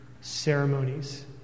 ceremonies